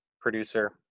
producer